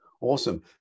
Awesome